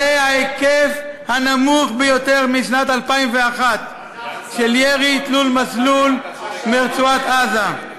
זה ההיקף הנמוך ביותר משנת 2001 של ירי תלול-מסלול מרצועת-עזה.